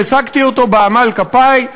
שהשגתי אותו בעמל כפי,